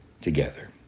together